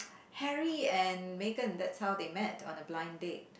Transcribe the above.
Harry and Megan that's how they met on a blind date